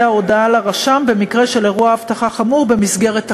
ההודעה לרשם במקרה של אירוע אבטחה חמור במסגרת תקנות,